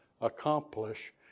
accomplish